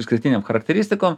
išskirtinėm charakteristikom